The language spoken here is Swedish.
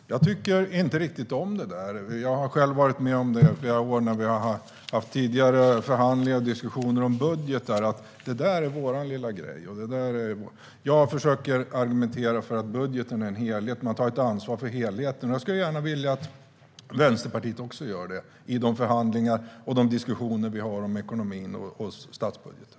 Fru talman! Jag tycker inte riktigt om det där med att säga: Det där är vår grej. Jag har själv varit med om det i tidigare förhandlingar och diskussioner om budgetar. Jag försöker argumentera för att budgeten är en helhet, och man tar ett ansvar för helheten. Jag skulle vilja att Vänsterpartiet också gjorde det i de förhandlingar och diskussioner vi har om ekonomin och statsbudgeten.